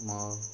ମୋ